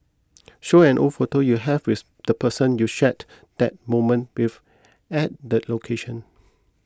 show an old photo you have with the person you shared that moment with at that location